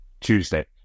tuesday